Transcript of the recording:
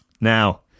Now